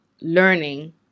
learning